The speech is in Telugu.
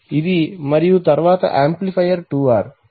ఇది మరియు తరువాత ఆంప్లిఫయర్ 2R